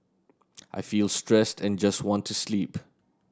I feel stressed and just want to sleep